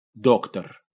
doctor